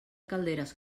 calderes